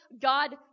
God